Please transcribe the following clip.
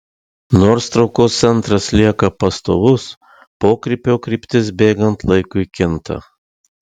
nors traukos centras lieka pastovus pokrypio kryptis bėgant laikui kinta